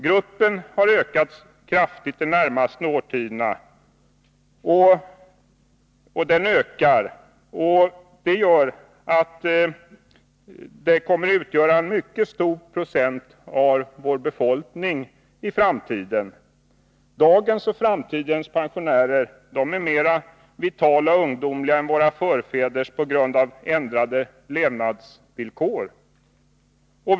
Gruppen ökar kraftigt de närmaste årtiondena, vilket gör att den kommer att utgöra en mycket stor procent av vår befolkning i framtiden. På grund av ändrade levnadsvillkor är dagens pensionärer, och kommer framtidens att vara, mer vitala och ungdomliga än vad som var fallet på våra förfäders tid.